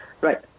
Right